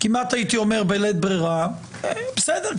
כמעט הייתי אומר בלית ברירה בסדר,